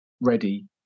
ready